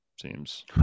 seems